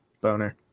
boner